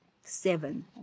seven